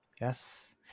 Yes